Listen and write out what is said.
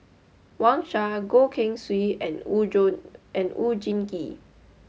Wang Sha Goh Keng Swee and Oon Jin and Oon Jin Gee